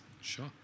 Sure